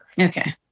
Okay